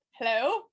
hello